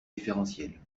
différentielles